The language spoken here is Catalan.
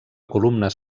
columnes